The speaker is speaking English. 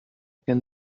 can